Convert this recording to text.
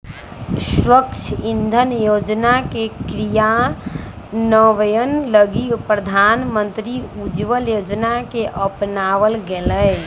स्वच्छ इंधन योजना के क्रियान्वयन लगी प्रधानमंत्री उज्ज्वला योजना के अपनावल गैलय